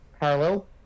parallel